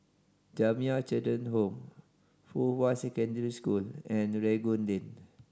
Jamiyah Children Home Fuhua Secondary School and Rangoon Lane